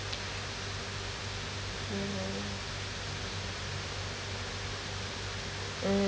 mm why mm